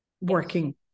working